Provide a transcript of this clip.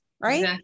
Right